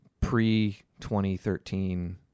pre-2013